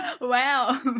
Wow